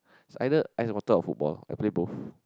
it's either Ice and Water or football I play both